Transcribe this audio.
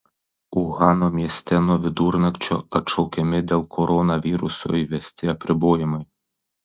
uhano mieste nuo vidurnakčio atšaukiami dėl koronaviruso įvesti apribojimai